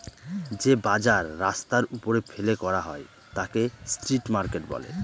যে বাজার রাস্তার ওপরে ফেলে করা হয় তাকে স্ট্রিট মার্কেট বলে